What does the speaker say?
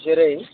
जेरै